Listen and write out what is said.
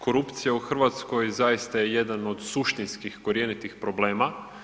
Korupcija u Hrvatskoj zaista je jedan od suštinskih korjenitih problema.